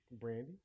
Brandy